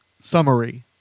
summary